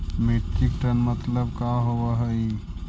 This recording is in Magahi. मीट्रिक टन मतलब का होव हइ?